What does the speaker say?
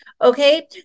okay